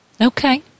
Okay